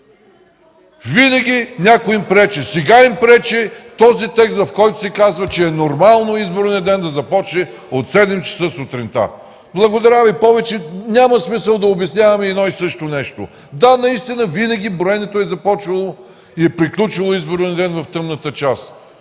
Винаги някой им пречи. Сега им пречи този текст, в който се казва, че е нормално изборният ден да започне от 7,00 ч. сутринта. Няма смисъл повече да обясняваме едно и също нещо. Да, наистина, винаги броенето е започвало и е приключвало в изборния ден в тъмната част.